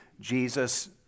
Jesus